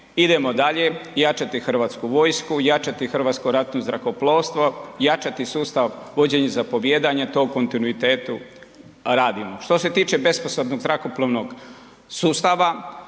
idemo dalje jačati Hrvatsku vojsku, jačati Hrvatsko ratno zrakoplovstvo, jačati sustav vođenja zapovijedanja i to u kontinuitetu radimo. Što se tiče … zrakoplovnog sustava,